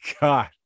god